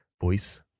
voice